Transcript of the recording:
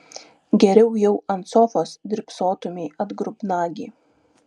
geriau jau ant sofos drybsotumei atgrubnagi